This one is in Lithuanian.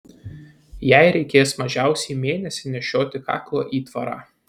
jai reikės mažiausiai mėnesį nešioti kaklo įtvarą